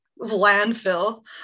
landfill